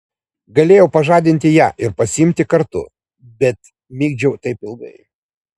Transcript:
galėjau pažadinti ją ir pasiimti kartu bet migdžiau taip ilgai